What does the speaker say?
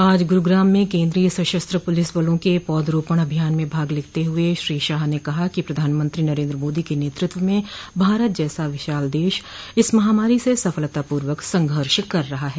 आज गुरुग्राम में केन्द्रीय सशस्त्र पुलिसबलों के पौधारोपण अभियान में भाग लेते हुए श्री शाह ने कहा कि कि प्रधानमंत्री नरेन्द्र मोदी के नेतृत्व में भारत जैसा विशाल देश इस महामारी से सफलतापूर्वक संघर्ष कर रहा है